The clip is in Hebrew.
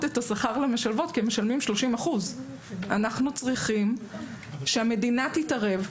את השכר למשלבות כי הם משלמים 30%. אנחנו צריכים שהמדינה תתערב,